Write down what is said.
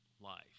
life